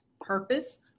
purpose